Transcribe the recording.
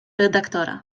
redaktora